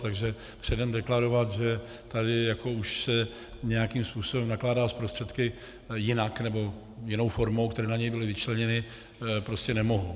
Takže předem deklarovat, že tady jako už se nějakým způsobem nakládá s prostředky jinak, nebo jinou formou, které na něj byly vyčleněny, prostě nemohu.